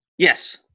yes